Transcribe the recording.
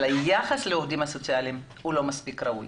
אלא היחס לעובדים הסוציאליים הוא לא מספיק ראוי.